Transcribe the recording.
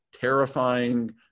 terrifying